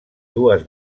dues